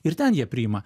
ir ten jie priima